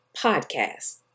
podcast